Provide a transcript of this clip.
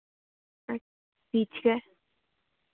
अच्छा ठीक है